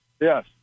Yes